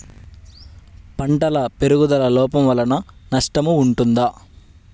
పంటల పెరుగుదల లోపం వలన నష్టము ఉంటుందా?